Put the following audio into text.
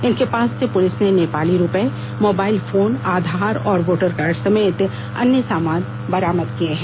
इनके पास से पुलिस ने नेपाली रुपये मोबाइल फोन आधार और वोटर कार्ड समेत अन्य सामान बरामद किया है